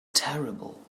terrible